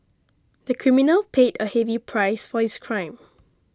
the criminal paid a heavy price for his crime